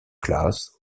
classe